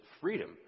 freedom